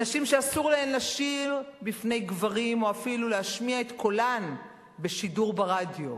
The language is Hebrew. נשים שאסור להן לשיר בפני גברים או אפילו להשמיע את קולן בשידור ברדיו,